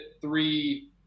three